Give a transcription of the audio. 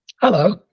Hello